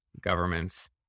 governments